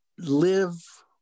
live